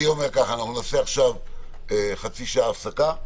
נעשה עכשיו חצי שעה הפסקה.